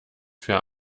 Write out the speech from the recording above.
für